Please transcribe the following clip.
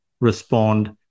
respond